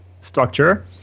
structure